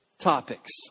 topics